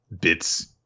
bits